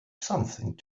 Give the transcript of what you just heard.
something